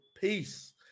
Peace